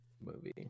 movie